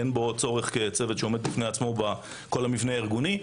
אין בו צורך כצוות שעומד בפני עצמו בכל המבנה הארגוני,